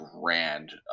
grand